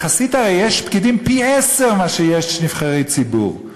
הרי יחסית יש פי-עשרה פקידים מנבחרי ציבור.